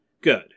Good